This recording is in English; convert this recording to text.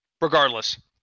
Regardless